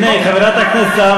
הנה, חברת הכנסת זהבה